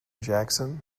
jackson